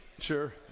sure